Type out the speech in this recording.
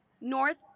North